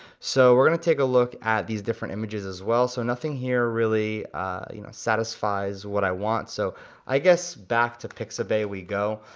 so we're gonna take a look at these different images as well, so nothing here really you know satisfies what i want, so i guess back to pixabay we go,